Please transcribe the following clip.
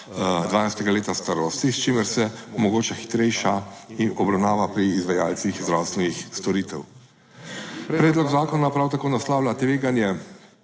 12. leta starosti, s čimer se omogoča hitrejša in obravnava pri izvajalcih zdravstvenih storitev. Predlog zakona prav tako naslavlja tveganje